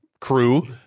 crew